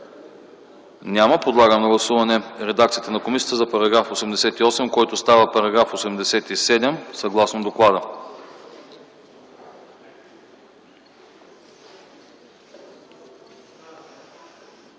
Няма. Подлагам на гласуване редакцията на комисията за § 87, който става § 86, съгласно доклада.